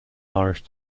irish